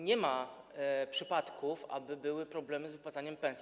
Nie ma przypadków, aby były problemy z wypłacaniem pensji.